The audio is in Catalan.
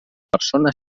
persona